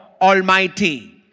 Almighty